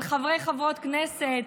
על חברי וחברות הכנסת,